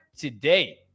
today